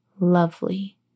lovely